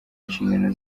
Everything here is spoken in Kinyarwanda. inshingano